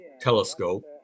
telescope